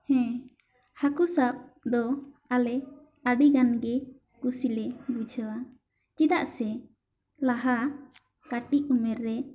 ᱦᱮᱸ ᱦᱟᱹᱠᱩ ᱥᱟᱵ ᱫᱚ ᱟᱞᱮ ᱟᱹᱰᱤ ᱜᱟᱱ ᱜᱮ ᱠᱩᱥᱤ ᱞᱮ ᱵᱩᱡᱷᱟᱹᱣᱟ ᱪᱮᱫᱟᱜ ᱥᱮ ᱞᱟᱦᱟ ᱠᱟᱹᱴᱤᱡ ᱩᱢᱮᱨ ᱨᱮ